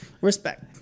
Respect